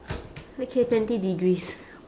okay twenty degrees